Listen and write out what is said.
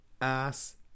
Ass